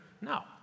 No